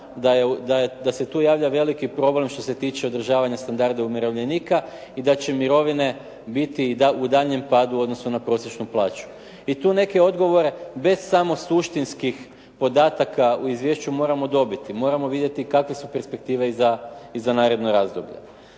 da se tu javlja veliki problem što se tiče održavanja standarda umirovljenika i da će mirovine biti u daljnjem padu u odnosu na prosječnu plaću. I tu neke odgovore bez samo suštinskih podataka u izvješću moramo dobiti. Moramo vidjeti kakve su perspektive i za naredna razdoblja.